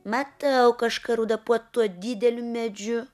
matau kažką ruda po tuo dideliu medžiu